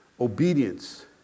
Obedience